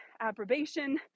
approbation